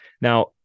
Now